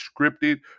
scripted